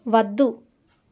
వద్దు